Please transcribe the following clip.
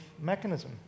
mechanism